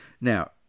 Now